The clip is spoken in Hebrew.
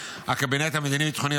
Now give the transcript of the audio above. הקבינט המדיני-ביטחוני,